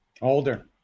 Older